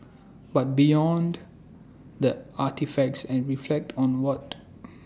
but beyond the artefacts and reflect on what